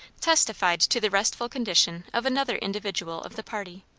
testified to the restful condition of another individual of the party.